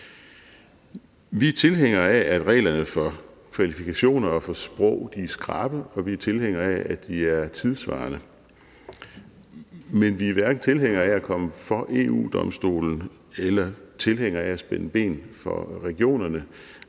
Vi er tilhængere af, at reglerne for kvalifikationer og for sprog er skrappe, og vi er tilhængere af, at de er tidssvarende. Men vi er hverken tilhængere af at komme for EU-Domstolen eller tilhængere af at spænde ben for regionerne